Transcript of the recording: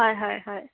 হয় হয় হয়